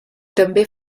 també